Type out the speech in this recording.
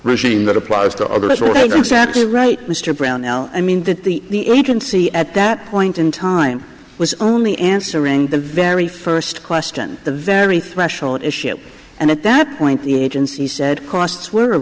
regime that applies to other little exactly right mr brown now i mean that the agency at that point in time was only answering the very first question the very threshold issue and at that point the agency said costs were